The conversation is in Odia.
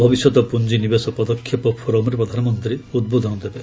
ଭବିଷ୍ୟତ ପୁଞ୍ଜିନିବେଶ ପଦକ୍ଷେପ ଫୋରମ୍ରେ ପ୍ରଧାନମନ୍ତ୍ରୀ ଉଦ୍ବୋଧନ ଦେବେ